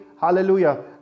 Hallelujah